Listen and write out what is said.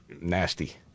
Nasty